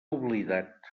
oblidat